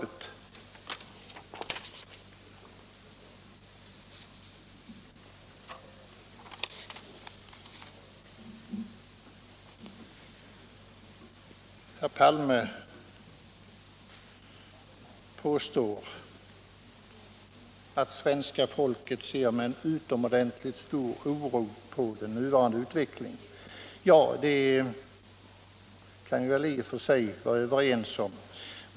Herr Palme påstår att svenska folket ser med utomordentligt stor oro på den nuvarande utvecklingen. Det kan vi i och för sig vara överens om.